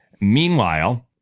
Meanwhile